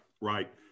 right